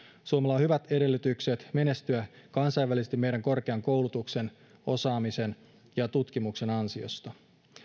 suomella on hyvät edellytykset menestyä kansainvälisesti meidän korkean koulutuksen osaamisen ja tutkimuksen ansiosta